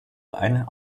einen